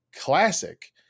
classic